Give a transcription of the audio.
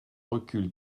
recul